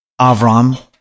Avram